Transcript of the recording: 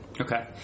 Okay